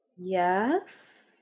Yes